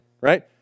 right